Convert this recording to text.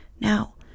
Now